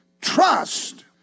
trust